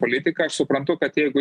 politiką aš suprantu kad jeigu